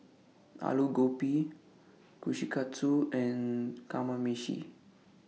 Alu Gobi Kushikatsu and Kamameshi